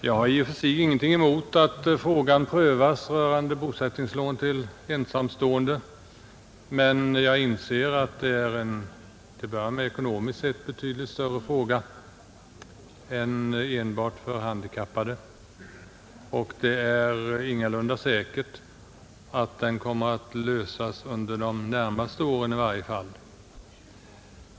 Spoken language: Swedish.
Jag har i och för sig ingenting emot att frågan prövas rörande bosättningslån till ensamstående, men jag anser att det är en ekonomiskt sett betydligt större fråga än frågan om bosättningslån till handikappade. Och det är ingalunda säkert att den kommer att lösas under i varje fall de närmaste åren.